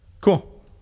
Cool